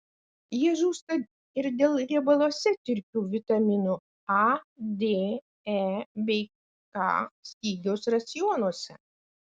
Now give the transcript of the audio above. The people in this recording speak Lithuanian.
jie žūsta ir dėl riebaluose tirpių vitaminų a d e bei k stygiaus racionuose